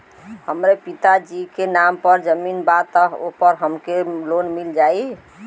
हमरे पिता जी के नाम पर जमीन बा त ओपर हमके लोन मिल जाई?